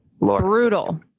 Brutal